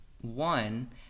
one